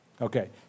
Okay